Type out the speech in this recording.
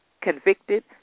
convicted